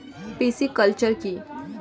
Pisciculture কি?